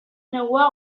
negua